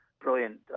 brilliant